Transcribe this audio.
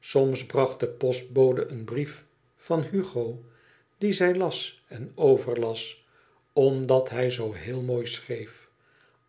soms bracht de postbode een brief van hugo dien zij las en overlas omdat hij zoo heel mooi schreef